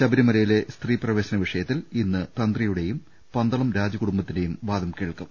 ശബരിമലയിലെ സ്ത്രീ പ്രവേശന വിഷയത്തിൽ ഇന്ന് തന്ത്രിയുടെയും പന്തളം രാജകുടുംബത്തിന്റെയും വാദം കേൾക്കും